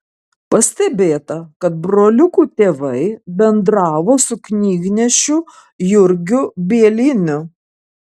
pastebėta kad broliukų tėvai bendravo su knygnešiu jurgiu bieliniu